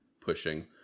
pushing